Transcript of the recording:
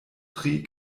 tri